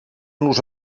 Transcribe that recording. nos